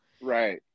right